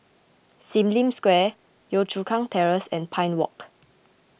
Sim Lim Square Yio Chu Kang Terrace and Pine Walk